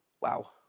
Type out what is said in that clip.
Wow